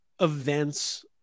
events